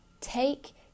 Take